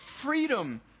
freedom